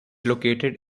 located